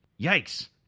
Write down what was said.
Yikes